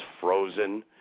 frozen